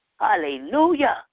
Hallelujah